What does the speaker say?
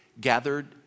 gathered